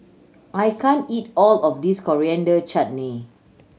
I can't eat all of this Coriander Chutney